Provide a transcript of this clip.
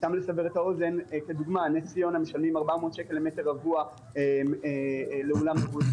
לסבר את האוזן נס ציונה משלמים 400 שקל למטר רבוע לאולם אירועים.